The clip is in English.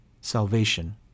Salvation